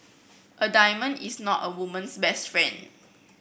a diamond is not a woman's best friend